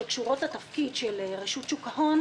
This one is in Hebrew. שקשורים לתפקיד של רשות שוק ההון,